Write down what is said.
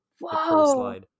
wow